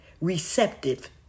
receptive